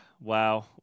Wow